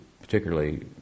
particularly